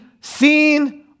seen